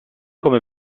come